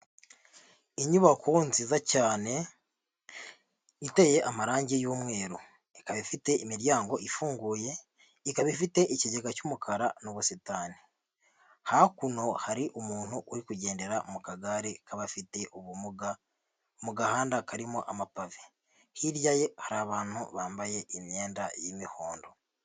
Inyubako nziza cyane, iteye amarangi y'umweru. Ikaba ifite imiryango ifunguye, ikaba ifite ikigega cy'umukara, n'ubusitani. Hakuno hari umuntu uri kugendera mu kagare k'abafite ubumuga, mu gahanda karimo amapave. Hirya ye hari abantu bambaye imyenda y'imihondo.